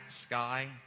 sky